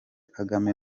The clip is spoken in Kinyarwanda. kagame